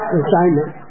assignment